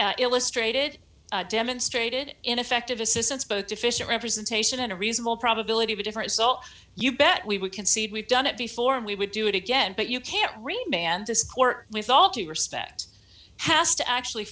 agree illustrated demonstrated ineffective assistance both deficient representation and a reasonable probability of a different salt you bet we would concede we've done it before and we would do it again but you can't really manage this court with all due respect has to actually